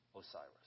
Osiris